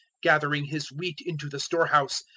gathering his wheat into the storehouse,